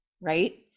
Right